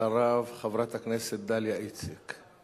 ואחריו, חברת הכנסת דליה איציק.